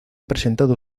presentado